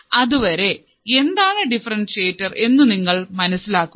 അതുവരെ എന്താണ് ഡിഫറെൻഷ്യറ്റർ എന്നു നിങ്ങൾ മനസ്സിലാക്കുക